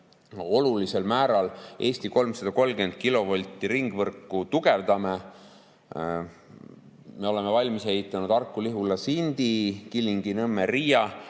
olulisel määral Eesti 330‑kilovoldist ringvõrku tugevdame. Me oleme valmis ehitanud Harku–Lihula–Sindi ja Kilingi-Nõmme–Riia